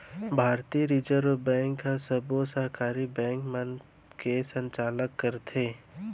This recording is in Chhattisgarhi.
भारतीय रिजर्व बेंक ह सबो सहकारी बेंक मन के संचालन करथे